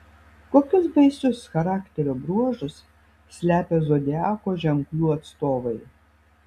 kokius baisius charakterio bruožus slepia zodiako ženklų atstovai